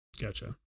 gotcha